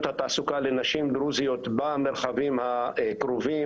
התעסוקה לנשים דרוזיות במרחבים הקרובים,